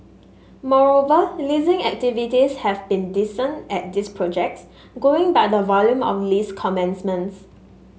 moreover leasing activity has been decent at these projects going by the volume of lease commencements